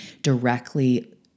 directly